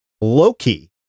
Loki